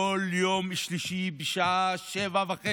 שכל יום שלישי בשעה 19:30